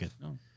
No